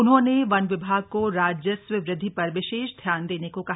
उन्होंने वन विभाग को राजस्व वृद्धि पर विशेष ध्यान देने को कहा